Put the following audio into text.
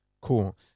Cool